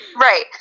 Right